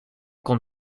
kon